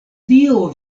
dio